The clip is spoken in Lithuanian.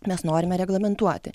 mes norime reglamentuoti